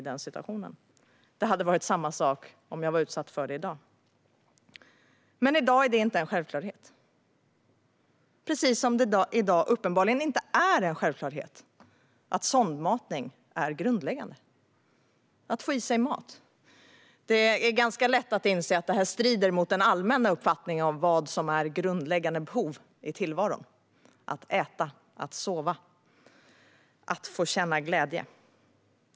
Det hade varit samma sak om jag hade varit utsatt för det i dag. I dag är inte det en självklarhet. Precis som det i dag uppenbarligen inte är en självklarhet att sondmatning räknas som ett grundläggande behov. Det handlar om att få i sig mat. Det är ganska lätt att inse att det strider mot den allmänna uppfattningen om vad som är grundläggande behov i tillvaron: att äta, att sova och att få känna glädje.